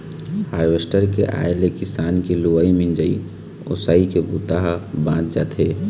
harvester के आए ले किसान के लुवई, मिंजई, ओसई के बूता ह बाँच जाथे